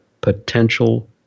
potential